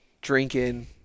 drinking